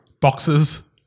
Boxes